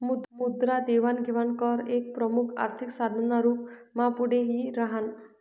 मुद्रा देवाण घेवाण कर एक प्रमुख आर्थिक साधन ना रूप मा पुढे यी राह्यनं